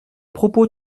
propos